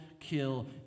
kill